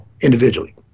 individually